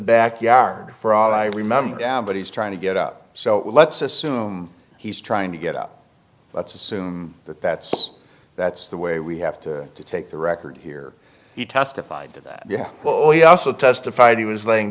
backyard for all i remember but he's trying to get up so let's assume he's trying to get up let's assume that that's that's the way we have to take the record here he testified to that yeah well he also testified he was laying